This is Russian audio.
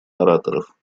ораторов